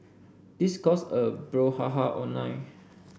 this caused a brouhaha online